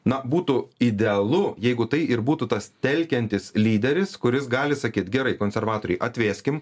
na būtų idealu jeigu tai ir būtų tas telkiantis lyderis kuris gali sakyt gerai konservatoriai atvėskim